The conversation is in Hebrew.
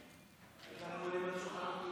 הסתייגות 20 לחלופין לא